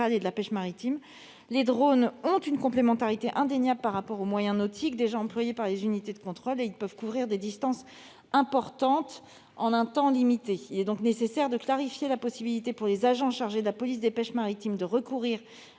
et de la pêche maritime. Les drones ont une complémentarité indéniable avec les moyens nautiques déjà employés par les unités de contrôle et ils peuvent couvrir des distances importantes en un temps limité. Il est nécessaire de clarifier la possibilité pour les agents chargés de la police des pêches maritimes de recourir